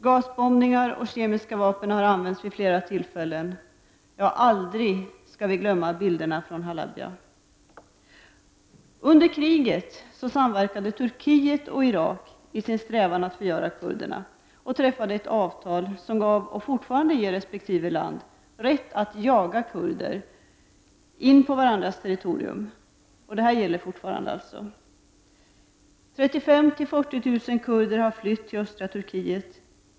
Gasbombningar och kemiska vapen har använts vid flera tillfällen. Aldrig skall vi glömma bilderna från Halabja. Under kriget samverkade Turkiet och Irak i sin strävan att förgöra kurderna och träffade ett avtal som gav och fortfarande ger resp. land rätt att jaga kurder in på varandras territorium. Detta gäller fortfarande. 35 000-40 000 kurder har flytt till östra Turkiet.